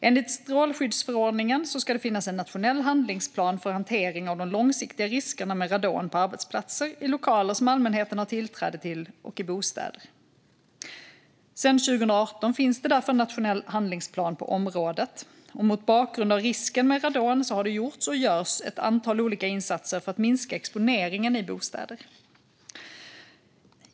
Enligt strålskyddsförordningen ska det finnas en nationell handlingsplan för hantering av de långsiktiga riskerna med radon på arbetsplatser, i lokaler som allmänheten har tillträde till och i bostäder. Sedan 2018 finns det därför en nationell handlingsplan på området. Mot bakgrund av risken med radon har det gjorts, och görs, ett antal olika insatser för att minska exponeringen i bostäder.